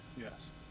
Yes